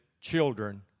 children